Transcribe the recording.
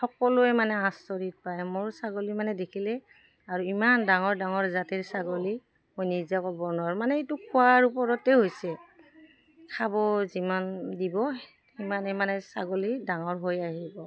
সকলোৱে মানে আচৰিত পায় মোৰ ছাগলী মানে দেখিলে আৰু ইমান ডাঙৰ ডাঙৰ জাতিৰ ছাগলী মই নিজে ক'ব নোৱাৰো মানে এইটো খোৱাৰ ওপৰতে হৈছে খাব যিমান দিব সিমানে মানে ছাগলী ডাঙৰ হৈ আহিব